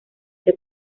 que